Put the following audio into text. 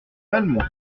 malmont